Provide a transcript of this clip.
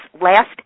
last